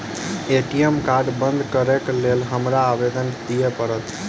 ATM card बंद करैक लेल हमरा आवेदन दिय पड़त?